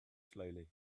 slowly